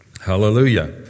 Hallelujah